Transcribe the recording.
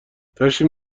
داشتیم